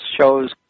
shows